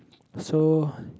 so